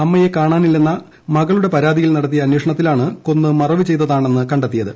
അമ്മയെ കാണാനില്ലെന്ന മകളുടെ പരാതിയിൽ നടത്തിയ അന്വേഷണത്തിലാണ് കൊന്ന് മറവ് ചെയ്തതാണെന്ന് കണ്ടെത്തിയത്